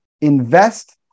invest